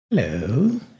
Hello